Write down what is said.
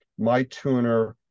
MyTuner